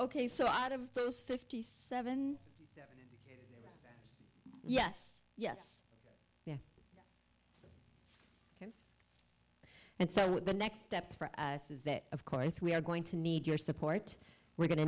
ok so out of those fifty seven yes yes yes and so the next step for us is that of course we are going to need your support we're going to